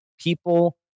people